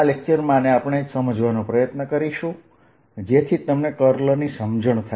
આ લેક્ચરમાં આને આપણે સમજવાનો પ્રયત્ન કરીશું જેથી તમને કર્લની સમજણ થાય